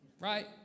Right